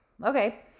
Okay